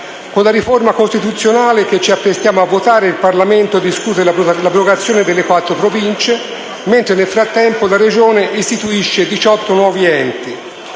Con la riforma costituzionale che ci apprestiamo a votare, il Parlamento discute l'abrogazione delle quattro Province, mentre nel frattempo la Regione istituisce diciotto nuovi enti.